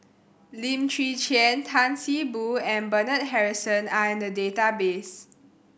Lim Chwee Chian Tan See Boo and Bernard Harrison are in the database